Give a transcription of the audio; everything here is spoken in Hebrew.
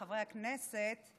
חברי הכנסת,